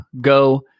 go